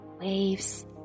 waves